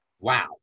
wow